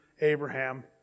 Abraham